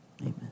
Amen